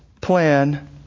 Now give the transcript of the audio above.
plan